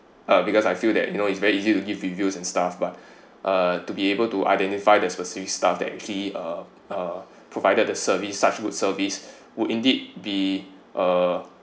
uh because I feel that you know it's very easy to give reviews and stuff but uh to be able to identify the specific staff that actually uh uh provided the service such good service would indeed be uh